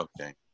okay